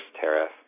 tariff